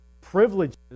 privileges